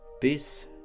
Peace